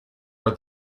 are